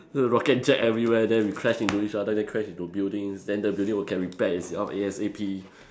so the rocket jet everywhere then we crash into each other then crash into buildings then the building will can repair itself A_S_A_P